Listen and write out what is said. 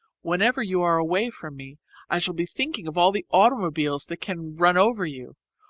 whenever you are away from me i shall be thinking of all the automobiles that can run over you,